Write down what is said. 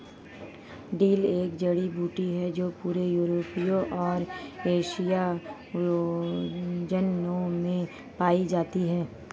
dill एक जड़ी बूटी है जो पूरे यूरोपीय और एशियाई व्यंजनों में पाई जाती है